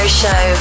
show